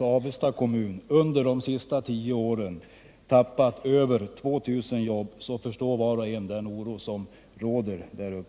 Avesta kommun i vilken Horndal ingår under de senaste tio åren förlorat över 2 000 jobb, så kan var och en förstå den oro som råder.